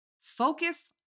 Focus